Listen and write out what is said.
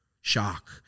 shock